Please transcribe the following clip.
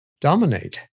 dominate